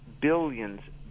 billions